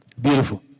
Beautiful